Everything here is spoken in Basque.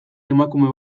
emakume